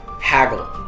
Haggle